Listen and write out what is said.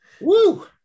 woo